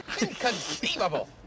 Inconceivable